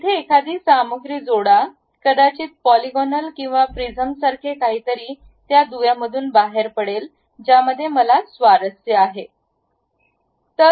येथे एखादी सामग्री जोडा कदाचित पोलीगोनल किंवा प्रिझमसारखे काहीतरी त्या दुव्यामधून बाहेर पडेल ज्यामध्ये मला स्वारस्य आहे